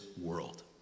world